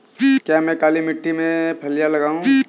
क्या मैं काली मिट्टी में फलियां लगाऊँ?